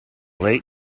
late